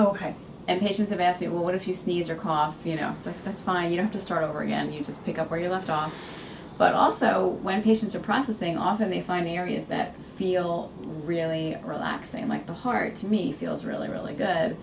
ok and patients have asked well what if you sneeze or cough you know so that's fine you know to start over again you just pick up where you left off but also when patients are processing often they find the areas that feel really relaxing like the heart to me feels really really good